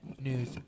news